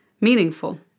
meaningful